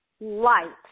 light